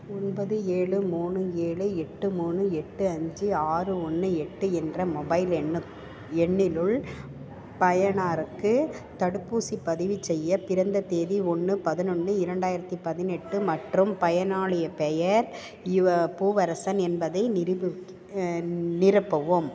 ஒன்பது ஏழு மூணு ஏழு எட்டு மூணு எட்டு அஞ்சு ஆறு ஒன்று எட்டு என்ற மொபைல் எண்ணு எண்ணினுள் பயனாருக்கு தடுப்பூசிப் பதிவுச்செய்ய பிறந்த தேதி ஒன்று பதினொன்று இரண்டாயிரத்தி பதினெட்டு மற்றும் பயனாளிப் பெயர் இவ பூவரசன் என்பதை நிருபி நிரப்பவும்